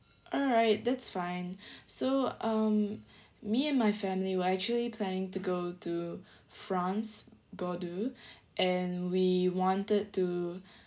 alright that's fine so um me and my family we are actually planning to go to france bordeaux and we wanted to